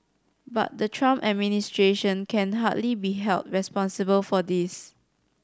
but the Trump administration can hardly be held responsible for this